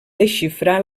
desxifrar